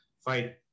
fight